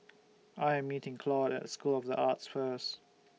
I Am meeting Claude At School of The Arts First